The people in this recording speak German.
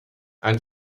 ein